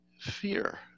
Fear